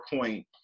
point